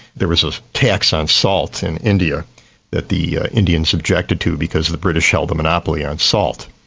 there was a tax on salt in india that the indians objected to because the british held the monopoly on salt.